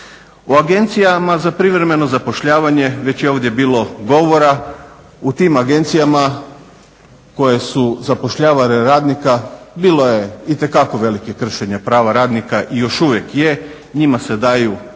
U Agencijama za privremeno zapošljavanje već je ovdje bilo govora u tim agencijama koje su zapošljavale radnika bilo je itekako velikih kršenja prava radnika i još uvijek je. Njima se daju